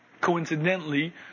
coincidentally